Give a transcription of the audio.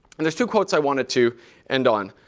and there's two quotes i wanted to end on.